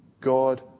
God